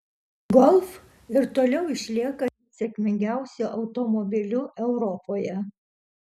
golf ir toliau išlieka sėkmingiausiu automobiliu europoje